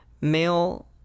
male